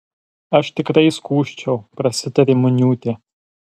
aš tikrai skųsčiau prasitarė muniūtė